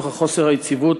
נוכח חוסר היציבות